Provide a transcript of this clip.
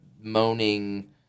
moaning